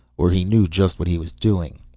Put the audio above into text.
or he knew just what he was doing.